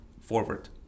forward